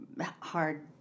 hard